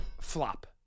flop